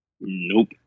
Nope